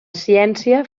ciència